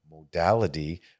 modality